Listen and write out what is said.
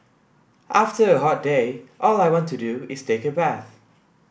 after a hot day all I want to do is take a bath